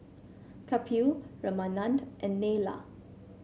Kapil Ramanand and Neila